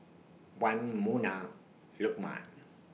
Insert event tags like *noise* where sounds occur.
Wan Munah Lukman *noise*